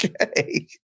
Okay